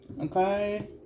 Okay